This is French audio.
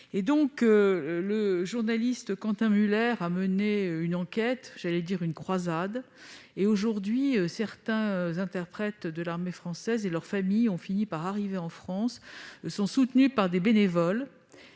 Le journaliste Quentin Müller a mené une enquête, pour ne pas dire une croisade. Aujourd'hui, certains interprètes de l'armée française et leur famille ont fini par arriver en France. Ils sont soutenus par des bénévoles